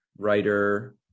Writer